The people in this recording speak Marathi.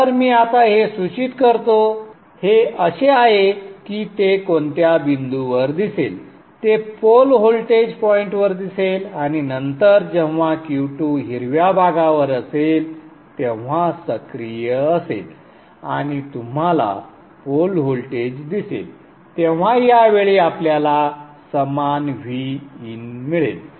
तर मी आता हे सूचित करतो हे असे आहे की ते कोणत्या बिंदूवर दिसेल ते पोल व्होल्टेज पॉइंटवर दिसेल आणि नंतर जेव्हा Q2 हिरव्या भागावर असेल तेव्हा सक्रिय असेल आणि तुम्हाला पोल व्होल्टेज दिसेल तेव्हा या वेळी आपल्याला समान Vin मिळेल